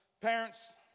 Parents